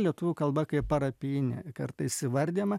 lietuvių kalba kaip parapijinė kartais įvardijama